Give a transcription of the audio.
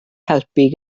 helpu